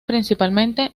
principalmente